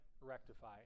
rectify